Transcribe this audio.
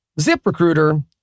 ZipRecruiter